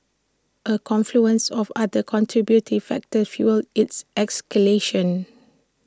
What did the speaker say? A confluence of other contributory factors fuelled its escalation